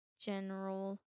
general